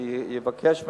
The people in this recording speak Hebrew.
שיבקש ממני,